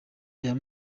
ayo